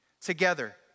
together